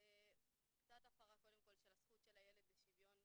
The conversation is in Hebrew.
זו קצת הפרה קודם כול של הזכות של הילד לשוויון.